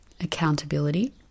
accountability